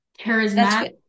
Charismatic